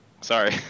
Sorry